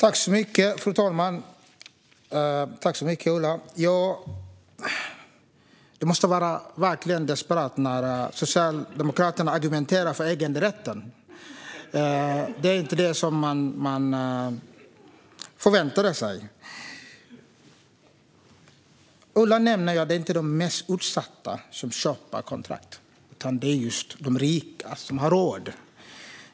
Fru talman! Det måste verkligen vara ett desperat läge när Socialdemokraterna argumenterar för äganderätten. Det är inte det man förväntar sig. Ola Möller nämner att det inte är de mest utsatta som köper kontrakt, utan det är de rika som har råd.